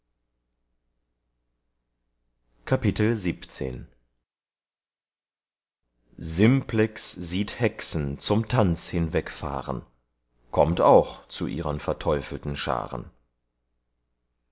simplex sieht hexen zum tanz hinwegfahren kommt auch zu ihren verteufelten scharen